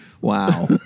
Wow